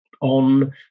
on